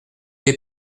des